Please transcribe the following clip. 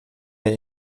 der